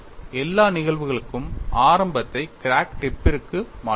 எல்லா நிகழ்வுகளுக்கும் ஆரம்பத்தை கிராக் டிப் பிற்கு மாற்றுவோம்